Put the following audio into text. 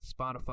Spotify